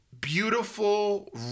beautiful